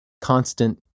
Constant